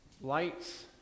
lights